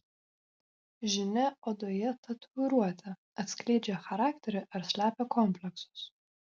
žinia odoje tatuiruotė atskleidžia charakterį ar slepia kompleksus